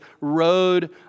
road